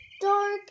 Dark